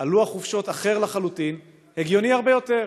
על לוח חופשות אחר לחלוטין, והגיוני הרבה יותר.